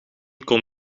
kon